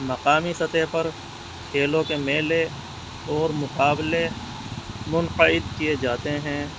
مقامی سطح پر کھیلوں کے میلے اور مقابلے منعقد کیے جاتے ہیں